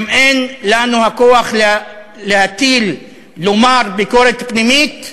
אם אין לנו הכוח להטיל, לומר ביקורת פנימית,